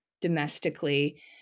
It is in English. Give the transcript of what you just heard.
domestically